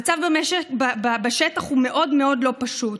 המצב בשטח הוא מאוד מאוד לא פשוט.